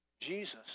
Jesus